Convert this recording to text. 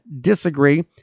disagree